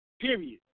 period